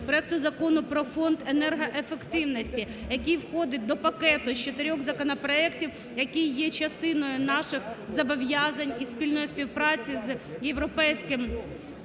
проекту Закону про Фонд енергоефективності, який входить до пакету з чотирьох законопроектів, який є частиною наших зобов'язань і спільної співпраці з Європейським